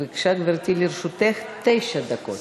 בבקשה, גברתי, לרשותך תשע דקות.